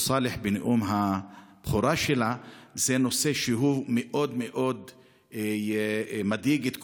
סאלח בנאום הבכורה שלה: זה נושא שמאוד מאוד מדאיג את כולנו.